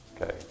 Okay